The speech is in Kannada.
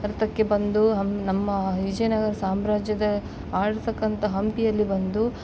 ಭಾರ್ತಕ್ಕೆ ಬಂದು ಹಮ್ ನಮ್ಮ ವಿಜಯನಗರ ಸಾಮ್ರಾಜ್ಯದ ಆಳ್ಸಕ್ಕಂಥ ಹಂಪಿಯಲ್ಲಿ ಬಂದು